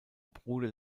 bruder